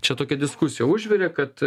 čia tokia diskusija užvirė kad